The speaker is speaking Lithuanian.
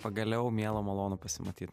pagaliau miela malonu pasimatyt